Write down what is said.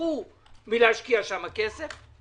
ברחו מלהשקיע שם כסף.